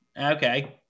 Okay